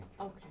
Okay